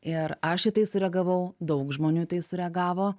ir aš į tai sureagavau daug žmonių į tai sureagavo